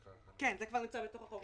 כן, זה כבר נמצא בתוך החוק.